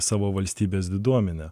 savo valstybės diduomene